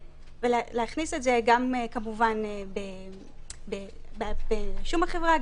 ולהכניס את זה גם כמובן ברישום החברה,